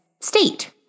state